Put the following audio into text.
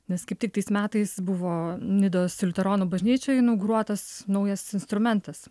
nes kaip tik tais metais buvo nidos liuteronų bažnyčioj inauguruotas naujas instrumentas